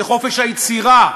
זה חופש היצירה,